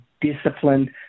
disciplined